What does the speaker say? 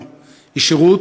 היא שייכת לכולנו,